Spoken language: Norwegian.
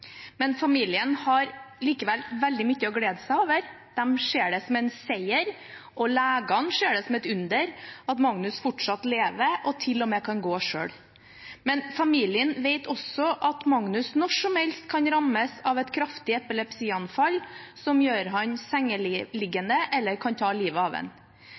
men familien har likevel veldig mye å glede seg over. De ser det som en seier, og legene ser det som et under, at Magnus fortsatt lever og til og med kan gå selv. Men familien vet også at Magnus når som helst kan rammes av et kraftig epilepsianfall som gjør ham sengeliggende, eller kan ta livet av